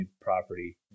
property